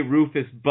Rufus